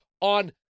on